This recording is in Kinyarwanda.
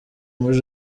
muri